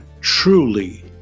Truly